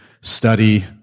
study